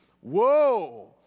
whoa